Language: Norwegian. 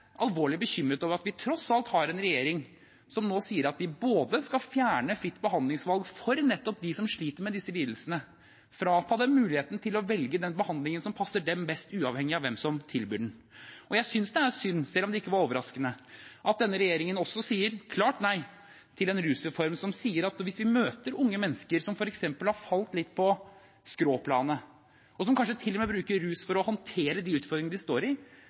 alvorlig bekymret over at vi tross alt har en regjering som nå sier at den skal fjerne fritt behandlingsvalg for nettopp dem som sliter med disse lidelsene, frata dem muligheten til å velge den behandlingen som passer dem best, uavhengig av hvem som tilbyr den. Jeg synes det er synd, selv om det ikke var overraskende, at denne regjeringen også sier klart nei til en rusreform som sier at unge mennesker som f.eks. har kommet litt på skråplanet, og som kanskje til og med bruker rus for å håndtere de utfordringene de står i,